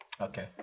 Okay